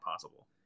possible